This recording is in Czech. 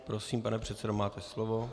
Prosím, pane předsedo, máte slovo.